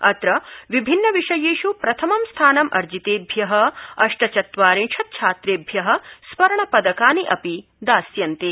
अत्र विभिन्न विषयेष् प्रथमं स्थानम् अर्जितेभ्य अष्ट चत्वारिंशत् छात्रेभ्य स्वर्ण पदकानि अपि दास्यन्ते